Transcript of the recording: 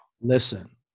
Listen